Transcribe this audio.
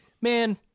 man